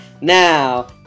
Now